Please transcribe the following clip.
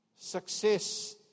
success